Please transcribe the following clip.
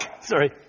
Sorry